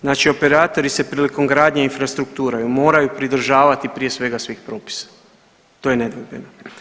Znači operatori se prilikom gradnje infrastrukture moraju pridržavati prije svega svih propisa, to je nedvojbeno.